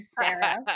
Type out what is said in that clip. Sarah